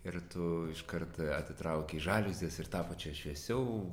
ir tu iškart atitraukei žaliuzes ir tapo čia šviesiau